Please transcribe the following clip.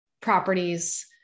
properties